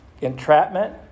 Entrapment